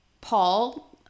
Paul